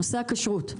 נושא הכשרות,